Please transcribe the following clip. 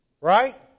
Right